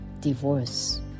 Divorce